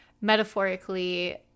metaphorically